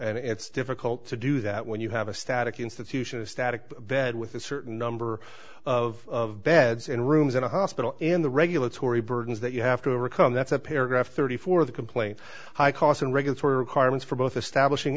and it's difficult to do that when you have a static institution a static bed with a certain number of beds and rooms and a hospital in the regulatory burdens that you have to overcome that's a paragraph thirty four the complaint high cost and regulatory requirements for both establishing